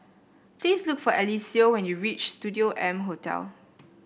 please look for Eliseo when you reach Studio M Hotel